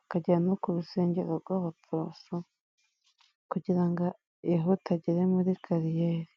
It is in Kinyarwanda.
akagera no ku rusengero rw'abaporoso kugira ngo yihute agere muri kariyeri.